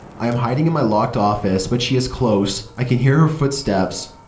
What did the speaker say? i am hiding in my locked office, but she is close, i can hear her footsteps.